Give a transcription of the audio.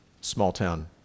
small-town